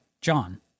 John